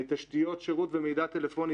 תשתיות שירות ומידע טלפוני.